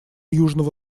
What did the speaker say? южного